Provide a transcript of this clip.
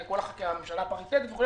כל הממשלה הפריטטית וכולי.